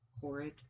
horrid